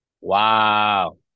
Wow